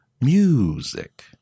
music